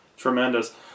Tremendous